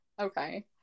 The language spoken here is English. okay